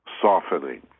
softening